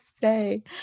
say